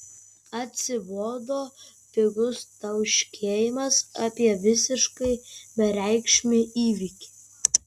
atsibodo pigus tauškėjimas apie visiškai bereikšmį įvykį